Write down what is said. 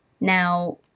now